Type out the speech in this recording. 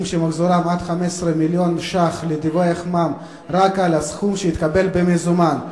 שמחזורם עד 15 מיליון שקלים לדווח מע"מ רק על הסכום שהתקבל במזומן.